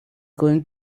going